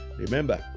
Remember